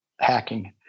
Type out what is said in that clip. hacking